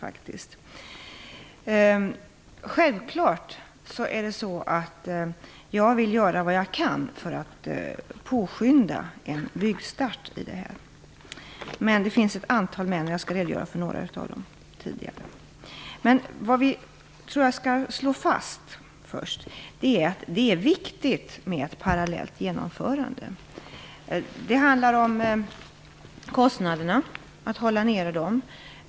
Det är självklart att jag vill göra vad jag kan för att påskynda en byggstart. Men det finns ett antal men, och jag skall redogöra för några av dem. Vad vi skall slå fast först, är att det är viktigt med ett parallellt genomförande. Det handlar om att hålla nere kostnaderna.